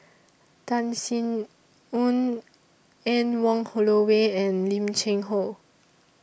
Tan Sin Aun Anne Wong Holloway and Lim Cheng Hoe